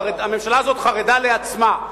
הממשלה הזאת חרדה לעצמה.